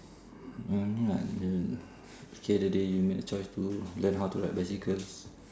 you mean what the the other day you made the choice to learn how to ride bicycles